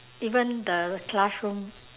even the classroom